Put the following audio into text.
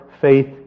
faith